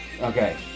Okay